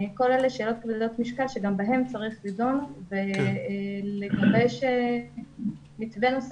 כל אלה שאלות כבדות משקל שגם בהן צריך לדון ולגבש מתווה נוסף.